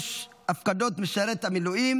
אינה נוכחת, חבר הכנסת עמית הלוי,